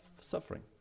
suffering